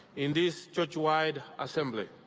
in this churchwide assembly.